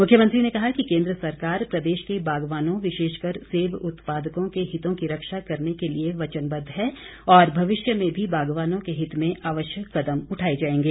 मुख्यमंत्री ने कहा कि केन्द्र सरकार प्रदेश के बागवानों विशेषकर सेब उत्पादकों के हितों की रक्षा करने के लिए वचनबद्व है और भविष्य में भी बागवानों के हित में आवश्यक कदम उठाए जाएंगे